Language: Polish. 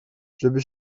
żeby